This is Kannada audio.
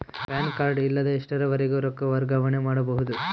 ಪ್ಯಾನ್ ಕಾರ್ಡ್ ಇಲ್ಲದ ಎಷ್ಟರವರೆಗೂ ರೊಕ್ಕ ವರ್ಗಾವಣೆ ಮಾಡಬಹುದು?